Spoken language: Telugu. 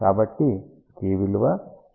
కాబట్టి k విలువ 2πλ